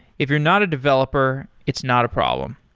if you're not a developer, it's not a problem.